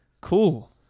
Cool